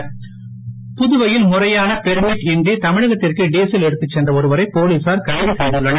புதுவை கைது புதுவையில் முறையான பர்மிட் இன்றி தமிழகத்திற்கு டீசல் எடுத்துச் சென்ற ஒருவரை போலீசார் கைது செய்துள்ளனர்